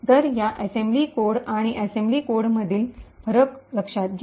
तर या assembly code आणि असेंब्ली कोडमधील फरक लक्षात घ्या